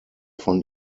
von